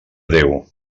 déu